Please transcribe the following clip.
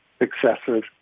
excessive